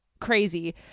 crazy